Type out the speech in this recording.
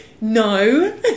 No